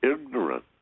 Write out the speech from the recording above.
ignorant